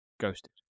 ghosted